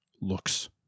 looks